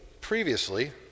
previously